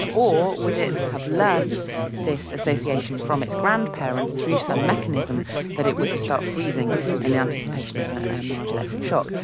or would it have learnt this association from its grandparents through some mechanism that it would start freezing in and anticipation of a mild electric shock.